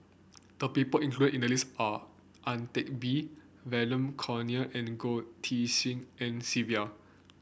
the people included in the list are Ang Teck Bee Vernon Corneliu and Goh Tshin En Sylvia